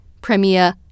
Premier